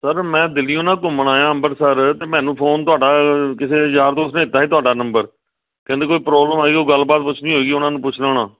sir ਮੈਂ ਦਿੱਲੀਓ ਨਾ ਘੁੰਮਣ ਆਇਆ ਅੰਮ੍ਰਿਤਸਰ ਅਤੇ ਮੈਨੂੰ ਫੋਨ ਤੁਹਾਡਾ ਕਿਸੇ ਯਾਰ ਦੋਸਤ ਨੇ ਦਿੱਤਾ ਸੀ ਤੁਹਾਡਾ ਨੰਬਰ ਕਹਿੰਦੇ ਕੋਈ ਪ੍ਰੋਬਲਮ ਆਈ ਕੋਈ ਗੱਲਬਾਤ ਪੁੱਛਣੀ ਹੋਏਗੀ ਉਹਨਾਂ ਨੂੰ ਪੁੱਛ ਲੈਣਾ